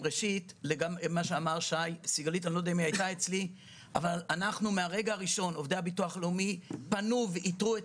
לגבי מה שאמר שי צרפתי: מהרגע הראשון עובדי הביטוח הלאומי איתרו את